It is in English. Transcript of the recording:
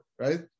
right